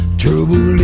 trouble